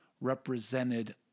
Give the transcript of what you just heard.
represented